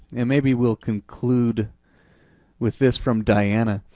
and maybe we'll conclude with this from diana.